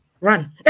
run